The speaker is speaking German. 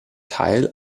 teil